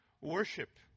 worship